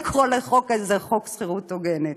לקרוא לחוק הזה חוק שכירות הוגנת.